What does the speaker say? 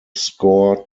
score